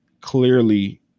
clearly